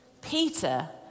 Peter